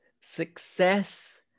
success